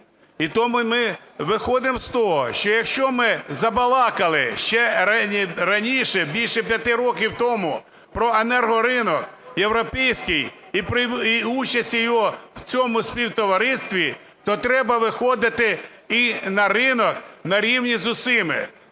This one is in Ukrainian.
І тому ми виходимо з того, що якщо ми забалакали ще раніше, більше 5 років тому про енергоринок європейський і участі його в цьому співтоваристві, то треба виходити і на ринок на рівні з усіма.